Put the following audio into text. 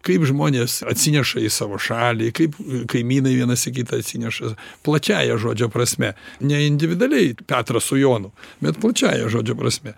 kaip žmonės atsineša į savo šalį kaip kaimynai vienas į kitą atsineša plačiąja žodžio prasme ne individualiai petras su jonu bet plačiąja žodžio prasme